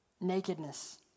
Nakedness